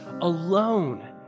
alone